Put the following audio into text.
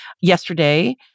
yesterday